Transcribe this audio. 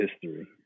history